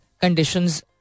conditions